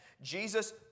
Jesus